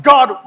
God